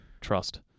Trust